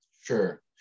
Sure